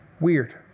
Weird